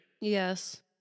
Yes